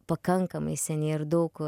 pakankamai seniai ir daug